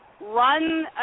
run